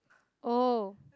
oh